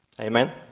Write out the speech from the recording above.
Amen